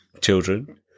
children